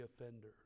offender